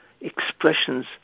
expressions